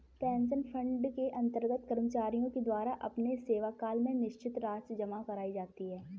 pension fund के अंतर्गत कर्मचारियों के द्वारा अपने सेवाकाल में निश्चित राशि जमा कराई जाती है